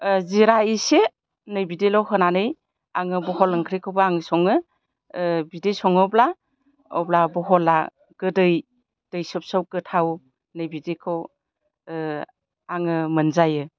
जिरा एसे नै बिदिल' होनानै आङो बहल ओंख्रैखौबो आं सङो बिदि सङोब्ला अब्ला बहला गोदै दैसब सब गोथाव नैबिदिखौ आङो मोनजायो